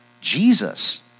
Jesus